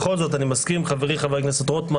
בכל זאת אני מסכים עם חברי חבר הכנסת רוטמן